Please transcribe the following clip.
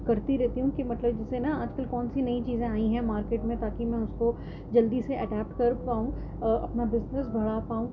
کرتی رہتی ہوں کہ مطلب جیسے نا آج کل کون سی نئی چیزیں آئی ہیں مارکیٹ میں تاکہ میں اس کو جلدی سے اڈاپٹ کر پاؤں اور اپنا بزنس بڑھا پاؤں